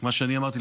מה שאני אמרתי,